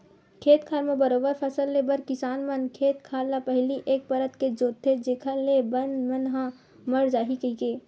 खेत खार म बरोबर फसल ले बर किसान मन खेत खार ल पहिली एक परत के जोंतथे जेखर ले बन मन ह मर जाही कहिके